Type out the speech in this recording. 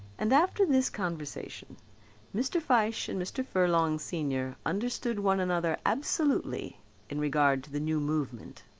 and after this conversation mr. fyshe and mr. furlong senior understood one another absolutely in regard to the new movement.